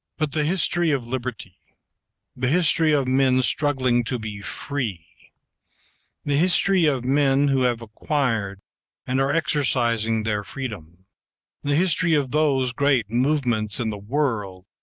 but the history of liberty the history of men struggling to be free the history of men who have acquired and are exercising their freedom the history of those great movements in the world,